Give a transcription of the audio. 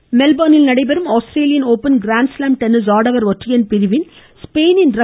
tennis மெல்பேர்னில் நடைபெறும் Australian Open grand slam tennis ஆடவர் ஒற்றையர் பிரிவில் ஸ்பெயினின் ர